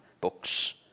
books